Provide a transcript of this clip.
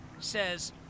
says